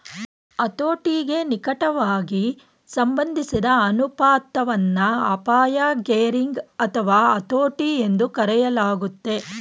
ಹತೋಟಿಗೆ ನಿಕಟವಾಗಿ ಸಂಬಂಧಿಸಿದ ಅನುಪಾತವನ್ನ ಅಪಾಯ ಗೇರಿಂಗ್ ಅಥವಾ ಹತೋಟಿ ಎಂದೂ ಕರೆಯಲಾಗುತ್ತೆ